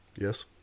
Yes